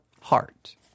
heart